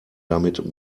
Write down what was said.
damit